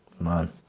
Man